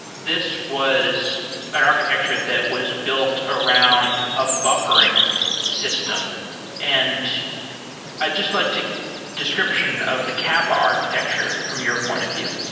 this was an architecture that was built around a buffering system and i'd just like a description of the kappa architecture from your point of view.